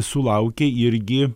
sulaukė irgi